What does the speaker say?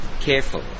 careful